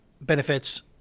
benefits